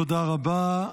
תודה רבה.